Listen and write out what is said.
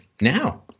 now